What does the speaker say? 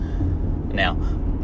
Now